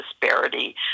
disparity